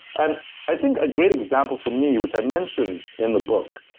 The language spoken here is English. and i think a great example for me, which i mention in the book,